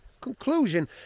conclusion